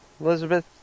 Elizabeth